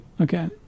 Okay